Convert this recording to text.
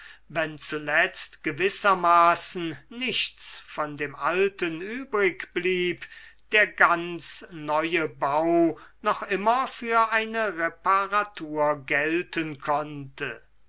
wenn zuletzt gewissermaßen nichts von dem alten übrig blieb der ganz neue bau noch immer für eine reparatur gelten konnte